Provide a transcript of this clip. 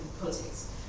politics